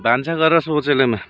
भान्सा घर र शौचालयमा